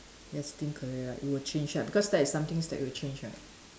destined career it will change right because that is something that will change right